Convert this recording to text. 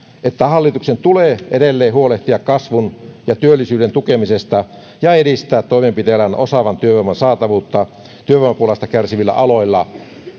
että hallituksen tulee edelleen huolehtia kasvun ja työllisyyden tukemisesta ja edistää toimenpiteillään osaavan työvoiman saatavuutta työvoimapulasta kärsivillä aloilla